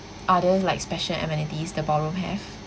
other like special amenities the ballroom have